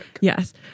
yes